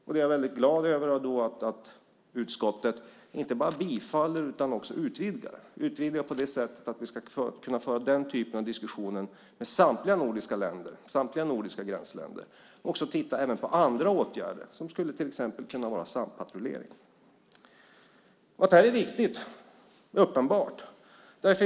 Jag är glad över att utskottet inte bara tillstyrker utan också utvidgar motionen, på det sättet att vi ska föra den typen av diskussion med samtliga nordiska gränsländer och även titta på andra åtgärder, till exempel sampatrullering. Det är uppenbart att det här är viktigt.